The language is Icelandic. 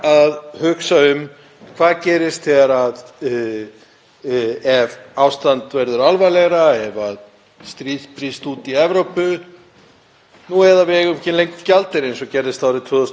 nú eða ef við eigum ekki gjaldeyri eins og gerðist árið 2008. En ég ætla að koma nánar að því og því hvernig við byggjum okkur upp fyrir það í minni seinni ræðu.